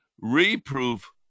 Reproof